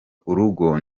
urugo